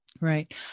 Right